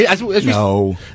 No